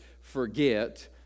forget